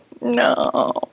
No